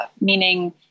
meaning